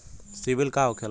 सीबील का होखेला?